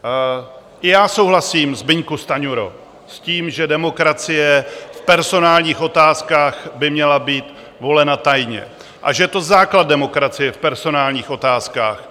I já souhlasím, Zbyňku Stanjuro, s tím, že demokracie v personálních otázkách by měla být volena tajně a že je to základ demokracie v personálních otázkách.